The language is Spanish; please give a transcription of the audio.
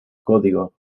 código